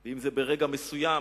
אם זה ברגע מסוים